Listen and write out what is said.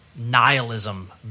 nihilism